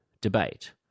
debate